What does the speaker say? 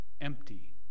empty